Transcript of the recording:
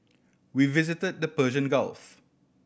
we visited the Persian Gulf